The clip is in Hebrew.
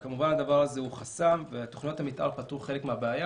כמובן שהדבר הזה הוא חסם ותוכניות המתאר פתרו חלק מהבעיה